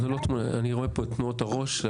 אני רואה פה את תנועות הראש.